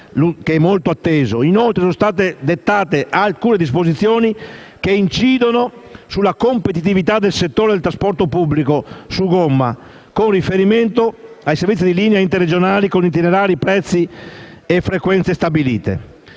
Inoltre, sono state dettate alcune disposizioni che incidono sulla competitività del settore del trasporto pubblico su gomma, con riferimento ai servizi di linea interregionali con itinerari, prezzi e frequenze prestabilite.